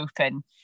Open